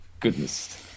goodness